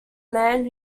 man